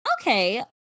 okay